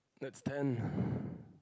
that's ten